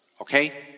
okay